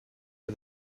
for